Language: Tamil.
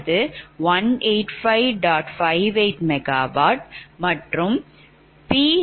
58MW மற்றும் PLoss4